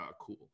cool